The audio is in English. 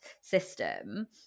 system